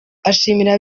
arashimira